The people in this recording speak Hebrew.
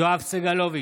יואב סגלוביץ'